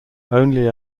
only